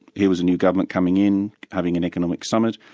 here was a new government coming in, having an economic summit.